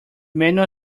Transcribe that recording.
manual